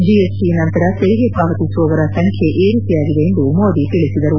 GST ನಂತರ ತೆರಿಗೆ ಪಾವತಿಸುವವರ ಸಂಖ್ಯೆ ಏರಿಕೆಯಾಗಿದೆ ಎಂದು ಮೋದಿ ತಿಳಿಸಿದರು